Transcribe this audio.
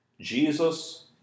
Jesus